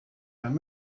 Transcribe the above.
dann